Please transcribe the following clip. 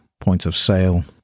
point-of-sale